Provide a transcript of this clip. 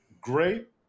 great